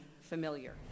familiar